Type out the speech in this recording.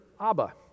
Abba